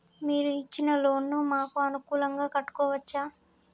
మీరు ఇచ్చిన లోన్ ను మాకు అనుకూలంగా కట్టుకోవచ్చా?